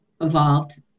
evolved